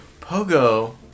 Pogo